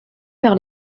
par